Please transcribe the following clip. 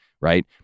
right